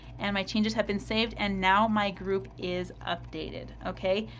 and my changes have been saved and now my group is updated, okay?